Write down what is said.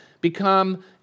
become